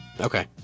Okay